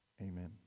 amen